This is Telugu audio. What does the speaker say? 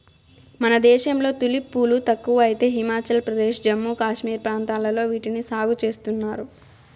మన దేశంలో తులిప్ పూలు తక్కువ అయితే హిమాచల్ ప్రదేశ్, జమ్మూ కాశ్మీర్ ప్రాంతాలలో వీటిని సాగు చేస్తున్నారు